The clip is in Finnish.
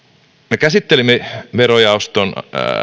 me käsittelimme verojaoston